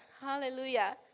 hallelujah